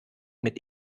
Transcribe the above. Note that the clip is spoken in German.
mit